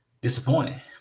disappointed